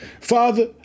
Father